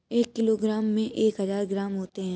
एक किलोग्राम में एक हजार ग्राम होते हैं